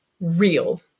real